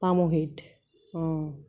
পামহিত অঁ